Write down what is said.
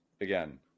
again